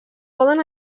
poden